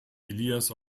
elias